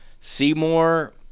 Seymour